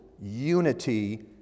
unity